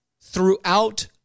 throughout